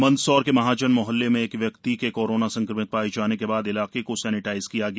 मंदसौर के महाजन मोहल्ले में एक व्यक्ति के कोरोना संक्रमित पाए जाने के बाद इलाके को सेनेटाइज किया गया